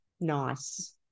nice